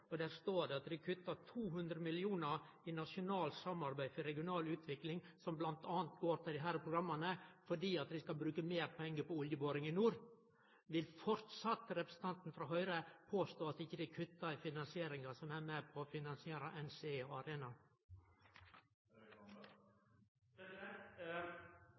og der det står det at dei kuttar 200 mill. kr i Nasjonalt samarbeid for regional utvikling, som bl.a. går til disse programma, fordi dei skal bruke meir pengar på oljeboring i nord. Vil representanten frå Høgre framleis påstå at dei ikkje kuttar i finansieringa som er med på å